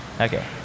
Okay